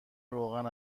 روغن